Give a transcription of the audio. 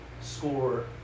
score